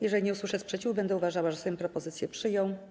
Jeżeli nie usłyszę sprzeciwu, będę uważała, że Sejm propozycję przyjął.